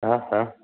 हा हा